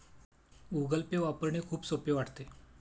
Google Pay वापरणे खूप सोपे वाटते